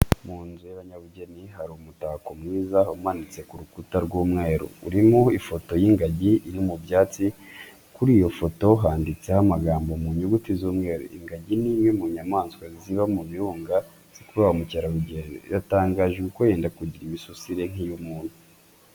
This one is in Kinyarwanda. Mu nzu y'umunyabugeni hari umutako mwiza umanitse ku rukuta rw'umweru, urimo ifoto y'ingagi iri mu byatsi kuri iyo foto handitseho amagambo mu nyuguti z'umweru, ingagi ni imwe mu nyamaswa ziba mu birunga zikurura ba mukerarugendo, iratangaje kuko yenda kugira imisusire nk'iy'umuntu.